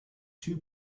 two